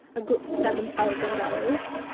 a good seven thousand dollars.